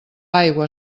aigua